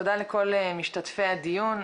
תודה לכל משתתפי הדיון.